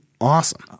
awesome